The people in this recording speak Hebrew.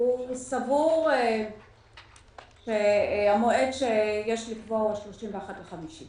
הוא סבור שהמועד שיש לקבוע הוא ה-31 במאי.